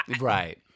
Right